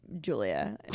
Julia